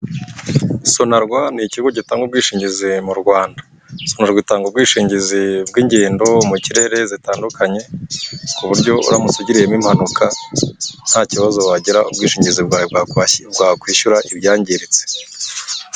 Sonarwa ni ikigo gitanga ubwishingizi mu Rwanda. Sonarwa itanga ubwishingizi bw'ingendo mu kirere zitandukanye, ku buryo uramutse ugiriyemo impanuka nta kibazo wagira ubwishingizi bwawe bwakwishyura ibyangiritse.